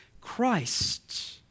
Christ